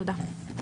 תודה.